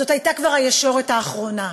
זו הייתה כבר הישורת האחרונה.